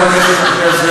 אתה רוצה, בכלל.